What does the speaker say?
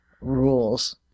rules